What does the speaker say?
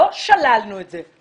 לא שללנו את זה,